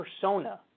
persona